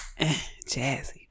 jazzy